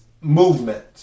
movement